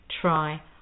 try